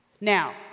Now